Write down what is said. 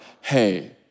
hey